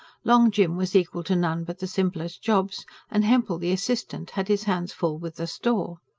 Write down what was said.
long jim was equal to none but the simplest jobs and hempel, the assistant, had his hands full with the store.